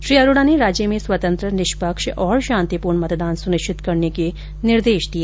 श्री अरोडा ने राज्य में स्वतंत्र निष्पक्ष और शान्तिपूर्ण मतदान सुनिश्चित करने के निर्देश दिए